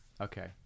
okay